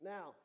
Now